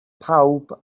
pawb